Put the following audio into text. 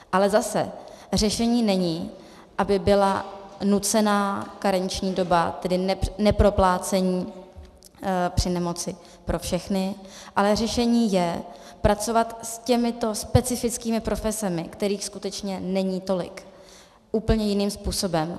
Ale zase řešením není, aby byla nucená karenční doba, tedy neproplácení při nemoci pro všechny, ale řešením je pracovat s těmito specifickými profesemi, kterých skutečně není tolik, úplně jiným způsobem.